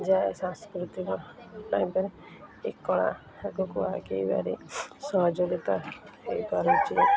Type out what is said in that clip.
ଯାଆ ସାଂସ୍କୃତିକ ପାଇଁ ପରା ଏ କଳା ଆଗକୁ ଆଗେଇବାରେ ସହଯୋଗିତା ହେଇପାରୁଛି